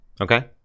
Okay